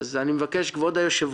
אז אני מבקש, כבוד היושב-ראש,